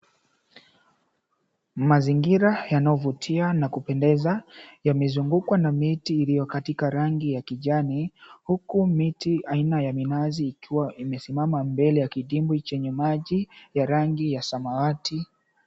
Mazingira yanayovutia na kupendeza, yamizungukwa na miti iliyo katika rangi ya kijani. Huku miti aina ya minazi, ikiwa imesimama mbele ya kidimbwi chenye maji ya rangi ya samawati.